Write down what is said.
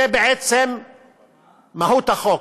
זו בעצם מהות החוק.